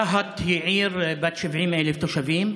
רהט היא עיר בת 70,000 תושבים.